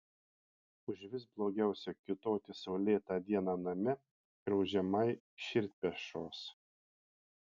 užvis blogiausia kiūtoti saulėtą dieną name graužiamai širdperšos